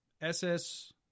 SS